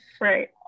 Right